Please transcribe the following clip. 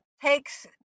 takes